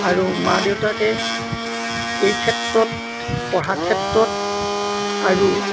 আৰু মা দেউতাকে এই ক্ষেত্ৰত পঢ়া ক্ষেত্ৰত আৰু